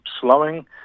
slowing